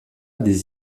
des